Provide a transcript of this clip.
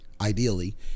ideally